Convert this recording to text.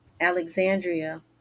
Alexandria